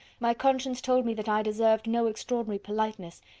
my conscience told me that i deserved no extraordinary politeness,